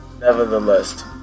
Nevertheless